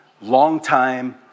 long-time